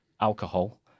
alcohol